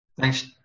Thanks